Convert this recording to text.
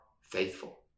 faithful